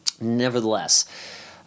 nevertheless